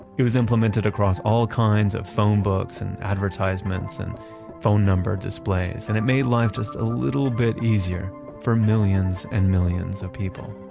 it was implemented across all kinds of phone books and advertisements and phone number displays and it made life just a little bit easier for millions and millions of people.